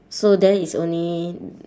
so then it's only